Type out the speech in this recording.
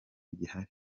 bigihari